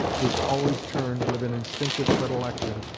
which always turn, with an instinctive predilection,